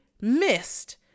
missed